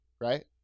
Right